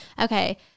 Okay